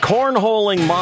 Cornholing